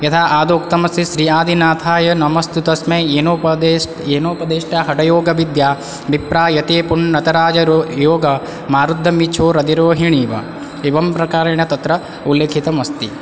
यथा आदौ उक्तमस्ति श्री आदिनाथाय नमोस्तु तस्मै येनोपदेस् येनोपदिष्टा हठयोगविद्या विभ्राजते प्रोन्नतराजयोगमारोढुमिच्छोरधिरोहिणीव एवं प्रकारेण तत्र उल्लिखितम् अस्ति